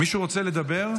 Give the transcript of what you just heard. מישהו רוצה לדבר?